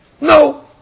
no